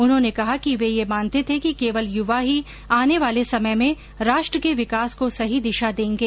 उन्होंने कहा कि वे यह मानते थे कि केवल युवा ही आने वाले समय में राष्ट्र के विकास को सही दिशा देंगे